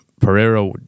Pereira